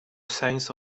signs